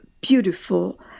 beautiful